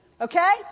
Okay